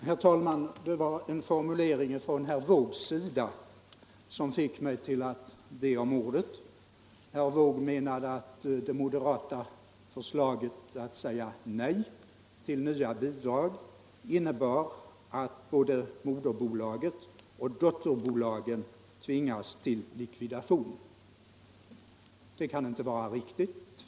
Herr talman! Det var en formulering av herr Wååg som fick mig att begära ordet. Herr Wååg menade att moderata samlingspartiets förslag att säga nej till nya bidrag till Utvecklingsaktiebolaget skulle innebära att både moderbolaget och dotterbolagen skulle tvingas till likvidation. Detta kan inte vara riktigt.